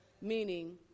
meaning